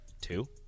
Two